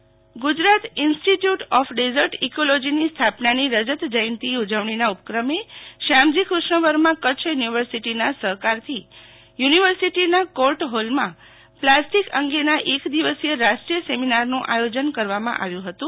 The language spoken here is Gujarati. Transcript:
Kutch seminar Gujarat institute of desert ઈકોલોજીની સ્થાપનાની રજતજયંતી ઉજવણીના ઉપક્રમે શ્યામજી કૃષ્ણવર્મા કચ્છ યુનિવર્સિટીના સહકારથી યુનિવર્સિટીની કોર્ટઠ હોલમાં પ્લાસ્ટિક અંગેના એક દિવસીય રાષ્ટ્રીય સેમિનારનું આયોજન કરવામાં આવ્યું હતું